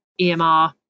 EMR